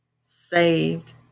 saved